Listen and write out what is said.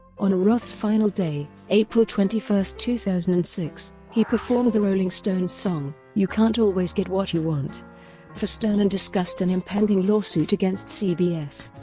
on roth's final day, april twenty one, two thousand and six, he performed the rolling stones song you can't always get what you want for stern and discussed an impending lawsuit against cbs.